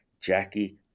Jackie